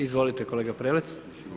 Izvolite kolega Prelec.